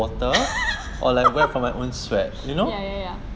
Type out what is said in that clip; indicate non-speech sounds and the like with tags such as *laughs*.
*laughs* ya ya ya